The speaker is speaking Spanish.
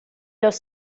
los